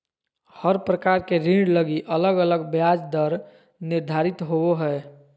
हर प्रकार के ऋण लगी अलग अलग ब्याज दर निर्धारित होवो हय